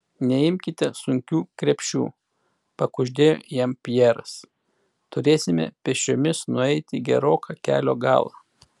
neimkite sunkių krepšių pakuždėjo jam pjeras turėsime pėsčiomis nueiti geroką kelio galą